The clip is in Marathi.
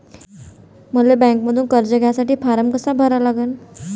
मले बँकेमंधून कर्ज घ्यासाठी फारम कसा भरा लागन?